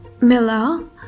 Mila